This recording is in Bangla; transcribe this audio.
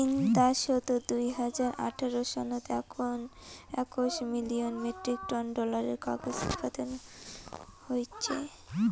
চীন দ্যাশত দুই হাজার আঠারো সনত একশ মিলিয়ন মেট্রিক টন ডলারের কাগজ উৎপাদন কইচ্চে